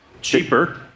Cheaper